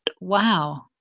wow